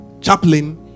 chaplain